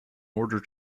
order